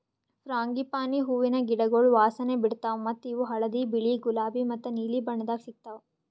frangipani ಹೂವಿನ ಗಿಡಗೊಳ್ ವಾಸನೆ ಬಿಡ್ತಾವ್ ಮತ್ತ ಇವು ಹಳದಿ, ಬಿಳಿ, ಗುಲಾಬಿ ಮತ್ತ ನೀಲಿ ಬಣ್ಣದಾಗ್ ಸಿಗತಾವ್